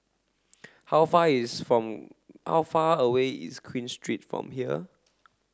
how far away is Queen Street from here